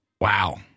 wow